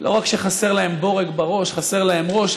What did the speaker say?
לא רק שחסר להם בורג בראש, חסר להם ראש.